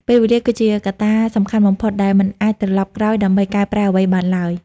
ពេលវេលាគឺជាកត្តាសំខាន់បំផុត ដែលមិនអាចត្រលប់ក្រោយដើម្បីកែប្រែអ្វីបានឡើយ។